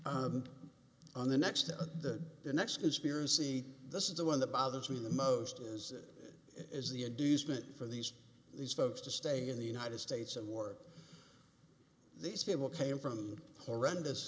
hired on the next to the next conspiracy this is the one that bothers me the most is is the ados meant for these these folks to stay in the united states of war these people came from horrendous